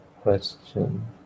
question